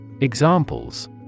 Examples